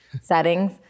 settings